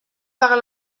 par